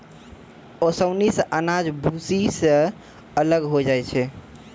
ओसौनी सें अनाज भूसी सें अलग होय जाय छै